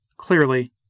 Clearly